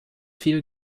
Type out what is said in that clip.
viel